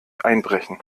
einbrechen